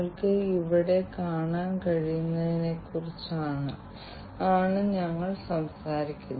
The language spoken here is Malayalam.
0 യുടെ പശ്ചാത്തലത്തിൽ സൈബർ സുരക്ഷയെക്കുറിച്ച് ഞങ്ങൾ നേരത്തെ സംസാരിച്ചിരുന്നു